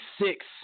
six